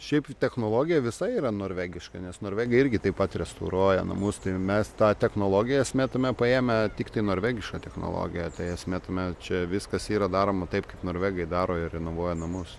šiaip technologija visa yra norvegiška nes norvegai irgi taip pat restauruoja namus tai mes tą technologiją esmė tame paėmę tiktai norvegišką technologiją tai esmė tame čia viskas yra daroma taip kaip norvegai daro ir renovuoja namus